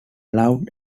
loved